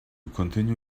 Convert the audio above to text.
continue